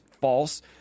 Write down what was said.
false